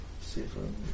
seven